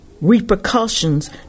repercussions